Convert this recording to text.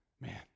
man